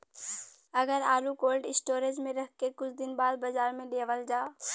अगर आलू cold storage में रख के कुछ दिन बाद बाजार में लियावल जा?